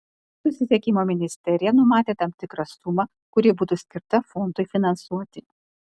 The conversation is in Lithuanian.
susisiekimo ministerija numatė tam tikrą sumą kuri būtų skirta fondui finansuoti